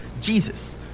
Jesus